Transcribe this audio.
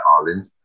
Ireland